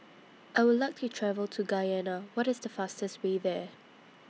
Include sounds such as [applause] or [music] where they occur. [noise] I Would like to travel to Guyana What IS The fastest Way There